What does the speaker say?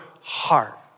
heart